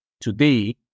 today